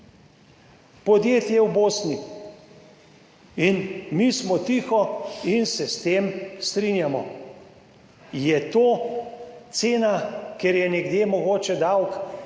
podjetje v Bosni. In mi smo tiho in se s tem strinjamo. Je to cena, kjer je nekje mogoče davek